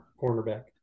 Cornerback